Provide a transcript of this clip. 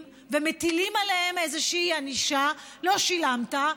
ומטילים עליהם איזושהי ענישה: לא שילמת,